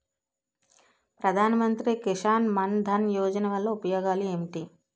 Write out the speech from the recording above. ప్రధాన మంత్రి కిసాన్ మన్ ధన్ యోజన వల్ల ఉపయోగాలు ఏంటి?